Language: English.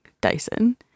Dyson